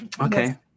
okay